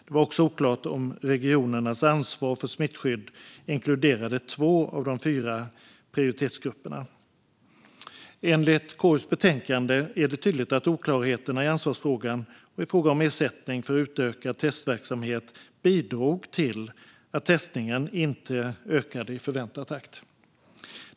Det var också oklart om regionernas ansvar för smittskydd inkluderade två av de fyra prioritetsgrupperna. Enligt KU:s betänkande är det tydligt att oklarheterna i ansvarsfrågan och i fråga om ersättning för utökad testverksamhet bidrog till att testningen inte ökade i förväntad takt.